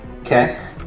Okay